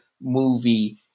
movie